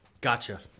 Gotcha